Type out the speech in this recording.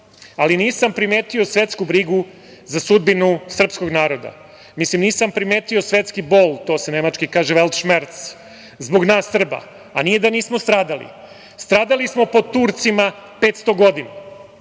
ali nisam primetio svetsku brigu za sudbinu srpskog naroda. Nisam primetio svetski bol, to se nemački kaže „veltšmerc“ zbog nas Srba, a nije da nismo stradali. Stradali smo pod Turcima 500 godina.